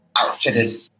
outfitted